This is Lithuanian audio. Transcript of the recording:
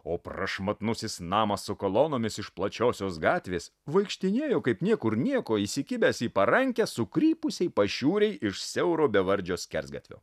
o prašmatnusis namas su kolonomis iš plačiosios gatvės vaikštinėjo kaip niekur nieko įsikibęs į parankę sukrypusiai pašiūrei iš siauro bevardžio skersgatvio